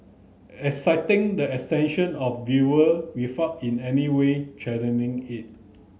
exciting the of viewer without in any way it